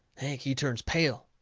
hank, he turns pale.